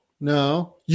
no